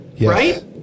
right